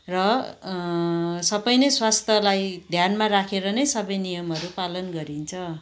र सबै नै स्वास्थलाई ध्यानमा राखेर नै सबै नियमहरू पालन गरिन्छ